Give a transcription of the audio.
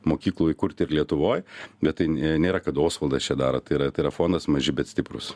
mokyklų įkurt ir lietuvoj bet tai nėra kad osvaldas čia daro tai yra tai yra fondas maži bet stiprūs